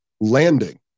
landing